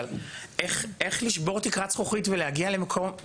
אבל איך לשבור תקרת זכוכית ולהגיע למקום.